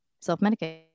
self-medicate